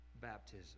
baptism